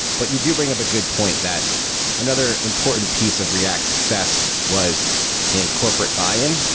but you do bring up a good point that another important piece of react's success was in corporate buy-in.